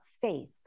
faith